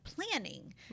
planning